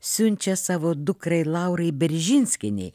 siunčia savo dukrai laurai beržinskienei